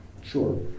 Sure